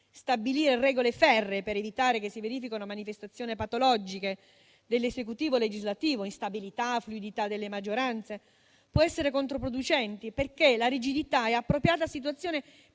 stabilire regole ferree per evitare che si verifichino manifestazioni patologiche dell'Esecutivo e del legislativo (instabilità o fluidità delle maggioranze) può essere controproducente, perché la rigidità è appropriata a situazioni